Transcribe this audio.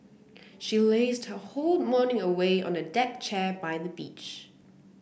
she lazed her whole morning away on a deck chair by the beach